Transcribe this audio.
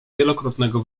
wielokrotnego